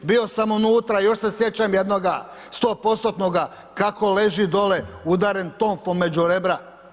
Bio sam unutra, još se sjećam jednoga 100%-tnoga kako leži dole udaren tonfom među rebra.